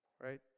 right